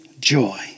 joy